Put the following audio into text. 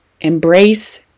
Embrace